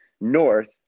north